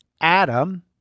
Adam